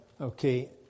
okay